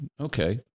Okay